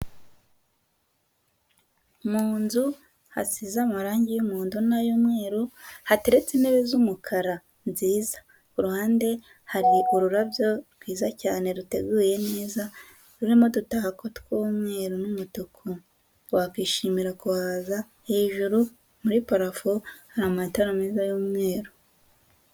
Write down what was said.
Mu nzu hasize amarange y'umuhondo n'ay'umweru, hateretse intebe z'umukara nziza, ku ruhande hari ururabyo rwiza cyane ruteguye neza, rurimo udutako tw'umweru n'umutuku, wakwishimira kuhaza, hejuru muri parafo, hari amatara meza y'umweru.